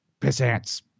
pissants